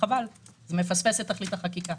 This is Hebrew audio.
וחבל זה מפספס את תכלית החקיקה.